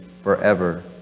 forever